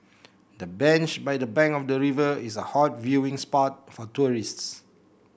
the bench by the bank of the river is a hot viewing spot for tourists